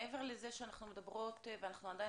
מעבר לזה שאנחנו מדברות ואנחנו עדיין